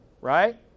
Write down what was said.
right